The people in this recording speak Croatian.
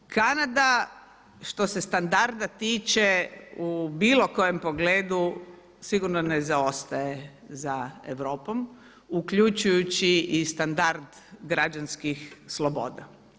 Kanada, što se standarda tiče, u bilo kojem pogledu sigurno ne zaostaje za Europom, uključujući i standard građanskih sloboda.